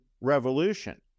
Revolution